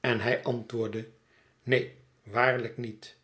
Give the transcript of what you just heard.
en hij antwoordde ï'neen waarlijk niet